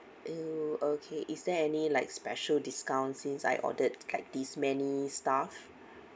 uh okay is there any like special discount since I ordered like these many stuffs